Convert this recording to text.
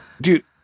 Dude